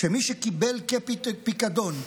שמי שקיבל כפיקדון,